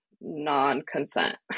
non-consent